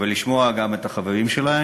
ולשמוע גם את החברים שלהם,